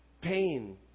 Pain